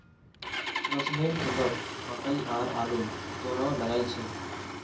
रोशनेर खेतत मकई और आलू दोनो लगइल छ